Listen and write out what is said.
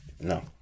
No